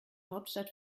hauptstadt